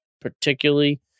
particularly